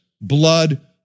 blood